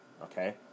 Okay